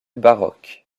baroque